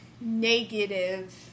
negative